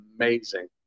amazing